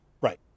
Right